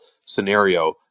scenario